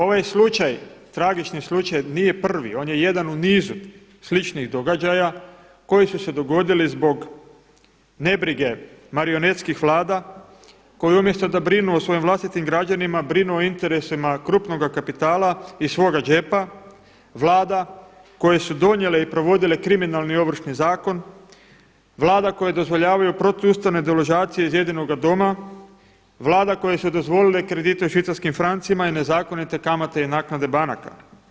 Ovaj slučaj, tragični slučaj nije prvi, on je jedan u nizu sličnih događaja koji su se dogodili zbog nebrige marionetskih vlada koji umjesto da brinu o svojim vlastitim građanima brinu o interesima krupnoga kapitala iz svoga džepa, Vlada koje su donijele i provodile kriminalni Ovršni zakon, Vlada koje dozvoljavaju protuustavne deložacije iz jedinoga doma, Vlada koje su dozvolile kredite u švicarskim francima i nezakonite kamate i naknade banaka.